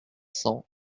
cents